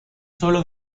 solo